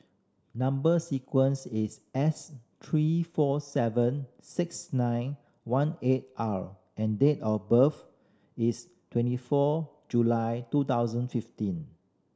number sequence is S three four seven six nine one eight R and date of birth is twenty four July two thousand fifteen